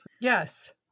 Yes